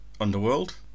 Underworld